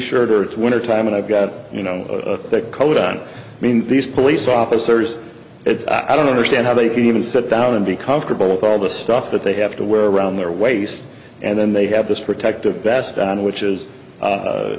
shirt or it's winter time and i've got you know a thick coat on mean these police officers i don't understand how they can even sit down and be comfortable with all the stuff that they have to wear around their waist and then they have this protective vest on which is